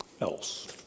else